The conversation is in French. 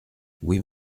oui